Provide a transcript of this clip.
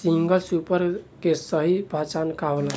Single super के सही पहचान का होला?